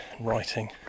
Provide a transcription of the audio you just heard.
writing